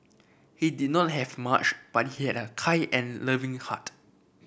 he did not have much but he had a kind and loving heart